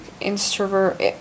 introvert